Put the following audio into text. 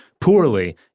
poorly